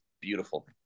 beautiful